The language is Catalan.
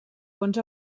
fons